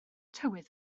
tywydd